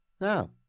No